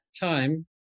time